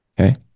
okay